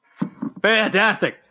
Fantastic